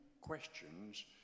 questions